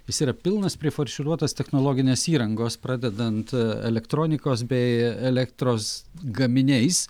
jis yra pilnas prifarširuotas technologinės įrangos pradedant elektronikos bei elektros gaminiais